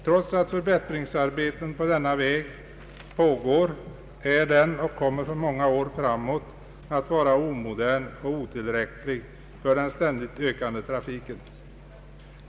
Trots att förbättringsarbeten på denna väg pågår är den och kommer för många år framåt att vara omodern och otillräcklig för den ständigt ökande trafiken.